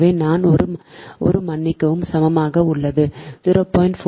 எனவே நான் ஒரு மன்னிக்கவும் சமமாக உள்ளது 0